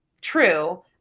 true